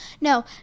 No